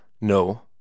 No